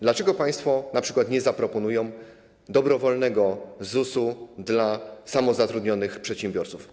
Dlaczego państwo np. nie zaproponują dobrowolnej składki ZUS dla samozatrudnionych przedsiębiorców?